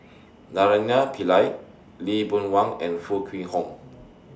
Naraina Pillai Lee Boon Wang and Foo Kwee Horng